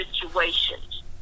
situations